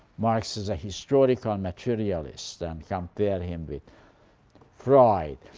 marx as a historical materialist, and compare him with freud.